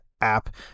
app